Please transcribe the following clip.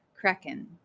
Kraken